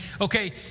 okay